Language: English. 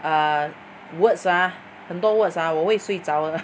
err words ah 很多 words ah 我会睡着了